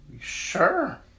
sure